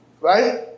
right